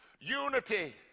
Unity